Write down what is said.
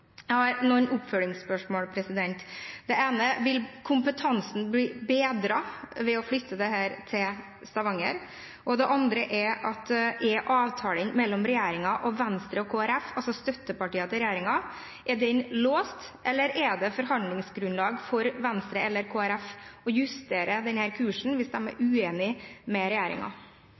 Jeg har noen oppfølgingsspørsmål. Det ene er: Vil kompetansen bli bedret ved å flytte dette til Stavanger? Det andre er: Er avtalen mellom regjeringen og Venstre og Kristelig Folkeparti – altså støttepartiene til regjeringen – låst, eller er det forhandlingsgrunnlag for Venstre eller Kristelig Folkeparti til å justere kursen hvis de er